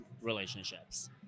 relationships